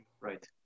Right